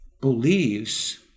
believes